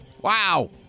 Wow